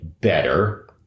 better